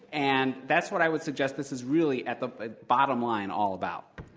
and that's what i would suggest this is really at the bottom line all about.